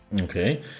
Okay